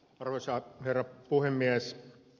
arvoisa herra puhemies